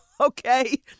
okay